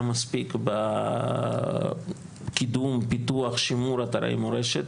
מספיק בקידום פיתוח ושימור אתרי מורשת.